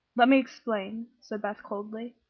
let me explain, said beth, coldly.